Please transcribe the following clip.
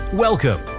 Welcome